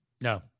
No